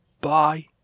Bye